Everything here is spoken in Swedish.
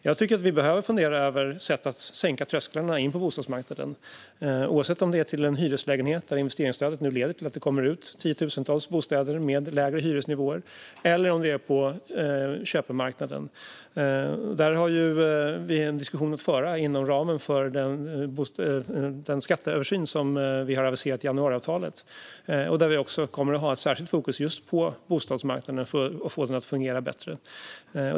Jag tycker att vi behöver fundera över sätt att sänka trösklarna in på bostadsmarknaden, oavsett om det gäller en hyreslägenhet - investeringsstödet leder nu till att det kommer tiotusentals bostäder med lägre hyresnivåer - eller om det gäller köpemarknaden. Där har vi en diskussion att föra inom ramen för den skatteöversyn som vi har aviserat i januariavtalet, där vi särskilt kommer att ha fokus på att få bostadsmarknaden att fungera bättre.